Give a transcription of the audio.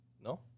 No